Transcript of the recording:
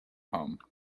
home